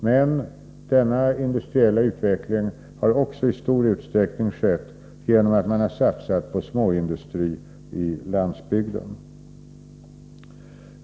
Men denna industriella utveckling har också i stor utsträckning skett genom att man har satsat på småindustri i landsbygden.